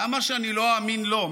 למה שאני לא אאמין לו?